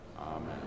amen